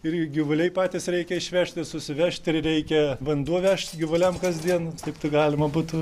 irgi gyvuliai patys reikia išvežt ir susivežt ir reikia vanduo vežt gyvuliam kasdien taip tai galima būtų